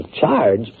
charge